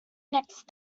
next